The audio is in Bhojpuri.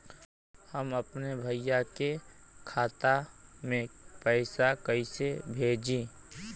हम अपने भईया के खाता में पैसा कईसे भेजी?